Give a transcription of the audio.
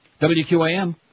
WQAM